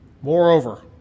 Moreover